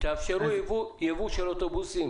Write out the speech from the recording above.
תאפשרו יבוא של אוטובוסים